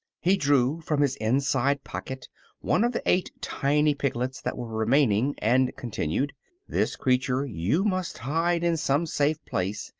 he drew from his inside pocket one of the eight tiny piglets that were remaining and continued this creature you must hide in some safe place,